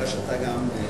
אלא שאתה גם,